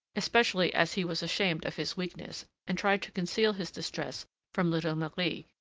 especially as he was ashamed of his weakness, and tried to conceal his distress from little marie,